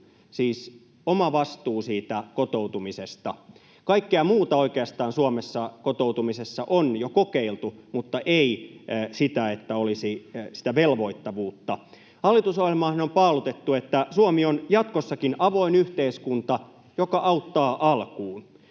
siis oma vastuu siitä kotoutumisesta. Kaikkea muuta oikeastaan kotoutumisessa on Suomessa jo kokeiltu mutta ei sitä, että olisi sitä velvoittavuutta. Hallitusohjelmaanhan on paalutettu, että Suomi on jatkossakin avoin yhteiskunta, joka auttaa alkuun,